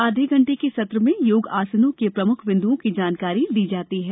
आधे घंटे के सत्र में योगासनों के प्रमुख बिन्दुओं की जानकारी दी जाती है